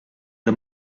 the